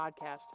podcast